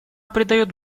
придает